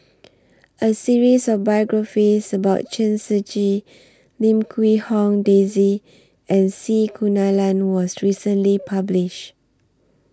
A series of biographies about Chen Shiji Lim Quee Hong Daisy and C Kunalan was recently published